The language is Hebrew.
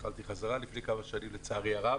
התחלתי לעשן בחזרה לפני כמה שנים, לצערי הרב.